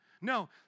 no